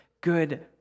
good